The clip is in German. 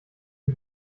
die